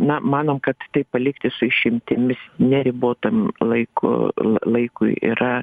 na mano kad tai palikti su išimtimis neribotam laiko lai laikui yra